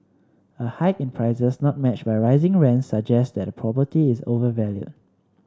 a hike in prices not matched by rising rents suggests that a property is overvalued